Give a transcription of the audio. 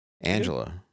Angela